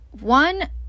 One